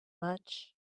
much